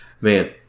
Man